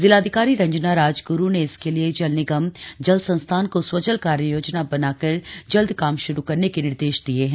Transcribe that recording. जिलाधिकारी रंजना राजग्रु ने इसके लिए जल निगम जल संस्थान को स्वजल कार्ययोजना बनाकर जल्द काम शुरू करने के निर्देश दिये हैं